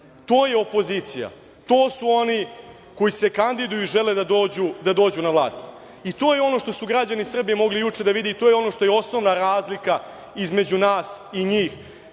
To je opozicija, to su oni koji se kandiduju i žele da dođu na vlast. To je ono što su građani Srbije mogli juče da vide i to je ono što je osnovna razlika između nas i njih,